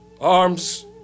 Arms